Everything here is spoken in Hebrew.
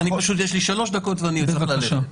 פשוט יש לי שלוש דקות ואני צריך ללכת.